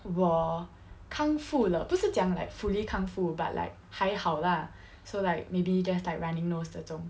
我康复了不是讲 like fully 康复 but like 还好 lah so like maybe just like running nose 这种